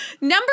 Number